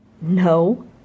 No